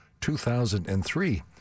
2003